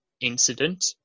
incident